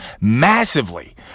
massively